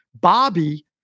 Bobby